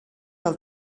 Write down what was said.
del